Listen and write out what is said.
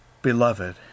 Beloved